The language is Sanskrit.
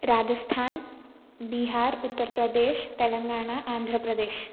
राजस्थान् बीहार् उत्तरप्रदेशः तेलङ्गाणा आन्ध्रप्रदेशः